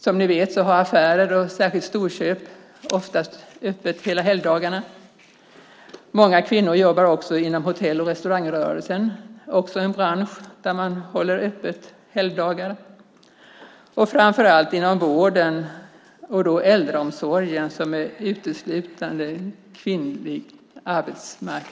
Som ni vet har affärer, särskilt storköp, oftast öppet hela helgdagarna. Många kvinnor jobbar också inom hotell och restaurangrörelsen, också en bransch där man håller öppet på helgdagar, och framför allt inom vården, och då äldreomsorgen där det uteslutande är kvinnlig arbetskraft.